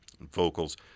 vocals